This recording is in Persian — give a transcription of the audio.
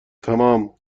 تمام